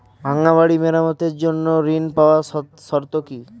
ভাঙ্গা বাড়ি মেরামতের জন্য ঋণ পাওয়ার শর্ত কি?